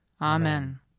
Amen